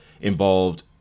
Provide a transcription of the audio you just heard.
involved